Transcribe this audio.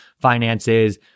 finances